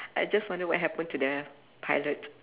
I just wonder what happen to the pilot